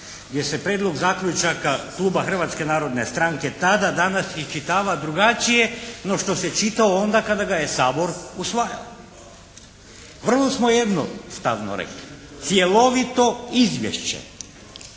gdje se prijedlog zaključaka Kluba Hrvatske narodne stranke tada, danas iščitava drugačije no što se čitao onda kada ga je Sabor usvajao. Vrlo smo jednostavno rekli. Cjelovito izvješće.